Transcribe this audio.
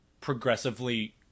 progressively